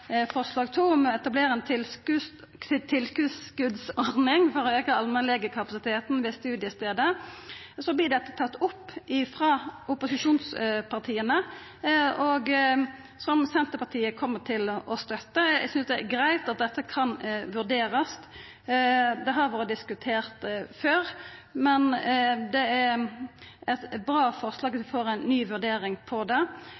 forslag nr. 2, om å etablera ei tilskottsordning for å auka allmennlegekapasiteten ved studiestaden, vert dette tatt opp frå opposisjonspartia, og Senterpartiet er med og støttar det. Eg synest det er greitt at dette kan vurderast. Det har vore diskutert før, men det er eit bra forslag at vi får ei ny vurdering av det.